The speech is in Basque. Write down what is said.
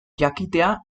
jakitea